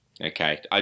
Okay